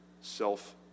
self